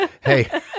hey